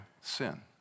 sin